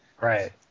Right